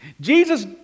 Jesus